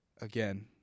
again